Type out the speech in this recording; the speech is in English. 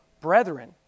brethren